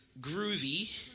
groovy